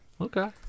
Okay